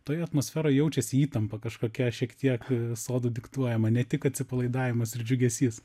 toj atmosferoj jaučiasi įtampa kažkokia šiek tiek sodų diktuojama ne tik atsipalaidavimas ir džiugesys